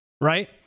right